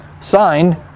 Signed